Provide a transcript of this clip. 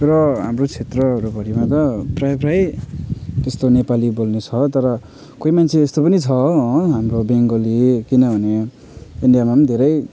र हाम्रो क्षेत्रहरूभरिमा त प्रायः प्रायैः त्यस्तो नेपाली बोल्ने छ तर कोही मान्छे यस्तो पनि छ हो हाम्रो बङ्गाली किनभने इन्डियामा पनि धेरै